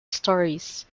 stories